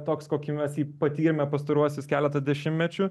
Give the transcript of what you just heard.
toks kokį mes jį patyrėme pastaruosius keletą dešimtmečių